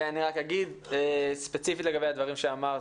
אני רק אגיד ספציפית לגבי הדברים שאמרת,